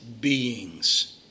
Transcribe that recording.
beings